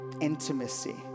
Intimacy